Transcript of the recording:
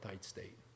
state